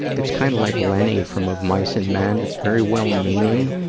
it's kind of like lenny from of mice and men it's very well-meaning,